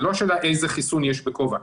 זה לא שאלה איזה חיסון יש ב-קובאקס.